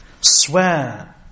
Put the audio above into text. swear